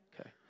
okay